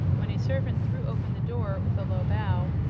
when a servant threw open the door with a low bow,